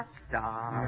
star